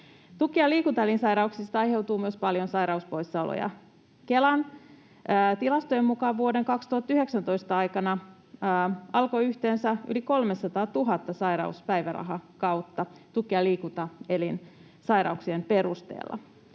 Tuki- ja liikuntaelinsairauksista aiheutuu myös paljon sairauspoissaoloja. Kelan tilastojen mukaan vuoden 2019 aikana alkoi yhteensä yli 300 000 sairauspäivärahakautta tuki- ja liikuntaelinsairauksien perusteella.